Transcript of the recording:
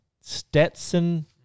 stetson